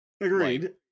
Agreed